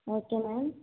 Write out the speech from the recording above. okay ma'am